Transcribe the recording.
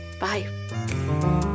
Bye